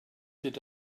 did